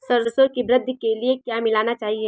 सरसों की वृद्धि के लिए क्या मिलाना चाहिए?